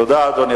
תודה, אדוני.